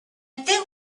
think